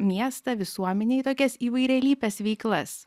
miestą visuomenę į tokias įvairialypes veiklas